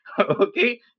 okay